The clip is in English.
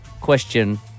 question